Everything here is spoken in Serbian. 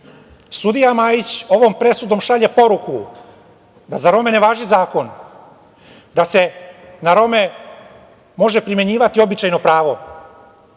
sudija Majić ovom presudom šalje poruku da za Rome ne važi zakon, da se na Rome može primenjivati običajno pravo.